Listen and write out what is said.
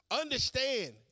understand